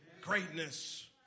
Greatness